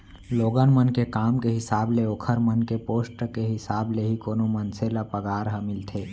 लोगन मन के काम के हिसाब ले ओखर मन के पोस्ट के हिसाब ले ही कोनो मनसे ल पगार ह मिलथे